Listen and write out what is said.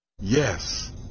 Yes